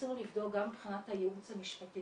ניסינו לבדוק גם מבחינת הייעוץ המשפטי,